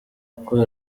uko